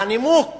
והנימוק